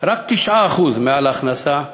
רק 9% מעל ההכנסה הממוצעת.